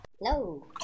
No